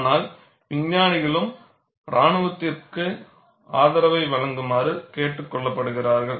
ஆனால் விஞ்ஞானிகளும் இராணுவத்திற்கு ஆதரவை வழங்குமாறு கேட்டுக்கொள்ளப்படுகிறார்கள்